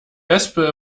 wespe